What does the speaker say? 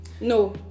no